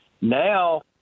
now